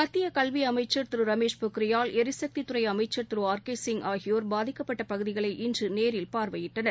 மத்திய கல்வி அமைச்சர் திரு ரமேஷ் பொக்ரியால் எரிசக்தித்துறை அமைச்சர் திரு ஆர் கே சிங் ஆகியோர் பாதிக்கப்பட்ட பகுதிகளை இன்று நேரில் பார்வையிட்டனர்